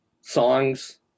songs